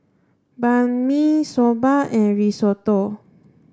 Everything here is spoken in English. Banh Mi Soba and Risotto